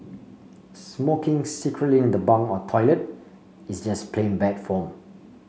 smoking secretly in the bunk or toilet is just plain bad form